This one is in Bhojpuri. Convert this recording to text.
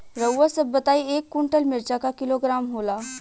रउआ सभ बताई एक कुन्टल मिर्चा क किलोग्राम होला?